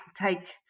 take